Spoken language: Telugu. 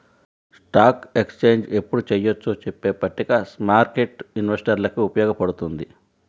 స్టాక్ ఎక్స్చేంజ్ ఎప్పుడు చెయ్యొచ్చో చెప్పే పట్టిక స్మార్కెట్టు ఇన్వెస్టర్లకి ఉపయోగపడుతుంది